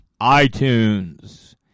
iTunes